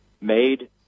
made